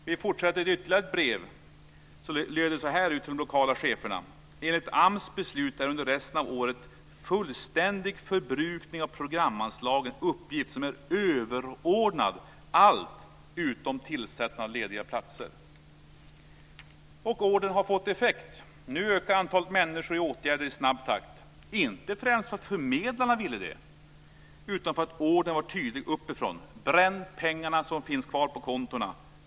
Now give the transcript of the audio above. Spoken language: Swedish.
Jag fortsätter med ytterligare ett brev till de lokala cheferna som lyder så här: Enligt AMS beslut är under resten av året en fullständig förbrukning av programanslagen en uppgift som är överordnad allt utom tillsättande av lediga platser. Och ordern har fått effekt. Nu ökar antalet människor i åtgärder i snabb takt. De gör det inte främst för att förmedlarna ville det utan för att ordern uppifrån var tydlig: Bränn pengarna som finns kvar på kontona!